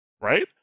right